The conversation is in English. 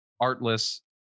artless